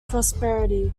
prosperity